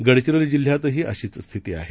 गडचिरोलीजिल्ह्यातहीअशीचस्थितीआहे